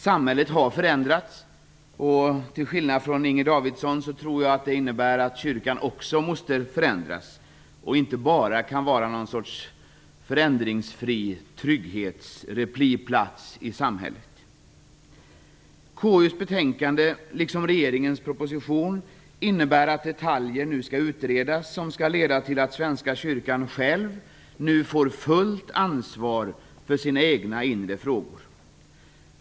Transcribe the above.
Samhället har förändrats, och till skillnad från Inger Davidson tror jag att det innebär att kyrkan också måste förändras och inte bara vara någon sorts förändringsfri trygghetsrepliplats i samhället. KU:s betänkande, liksom regeringens proposition, innebär att detaljer nu skall utredas, vilket skall leda till att Svenska kyrkan själv får fullt ansvar för sina egna inre frågor.